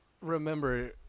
remember